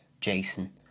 Jason